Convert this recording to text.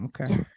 Okay